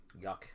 Yuck